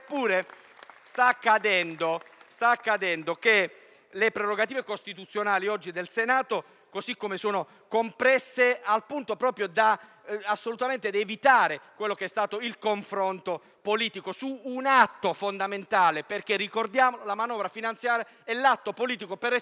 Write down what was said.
sta accadendo che le prerogative costituzionali del Senato oggi siano così compresse da evitare assolutamente il confronto politico su un atto fondamentale, perché ricordiamo che la manovra finanziaria è l'atto politico per eccellenza